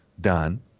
done